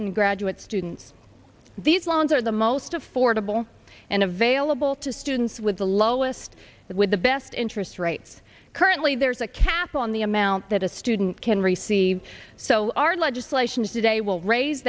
and graduate students these loans are the most affordable and available to students with the lowest with the best interest rates currently there's a cap on the amount that a student can receive so our legislation is today will raise